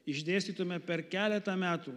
išdėstytume per keletą metų